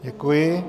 Děkuji.